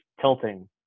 tilting